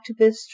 activist